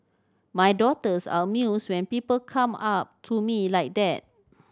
my daughters are amused when people come up to me like that